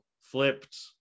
flipped